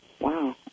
Wow